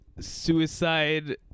suicide